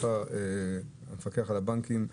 המפקח על הבנקים,